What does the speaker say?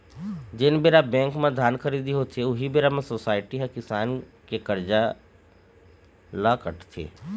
जेन बेरा बेंक म धान खरीदी होथे, उही बेरा म सोसाइटी ह किसान के ले करजा ल काटथे